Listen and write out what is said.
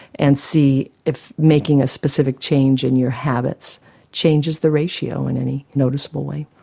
and see if making a specific change in your habits changes the ratio in any noticeable way.